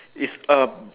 it's a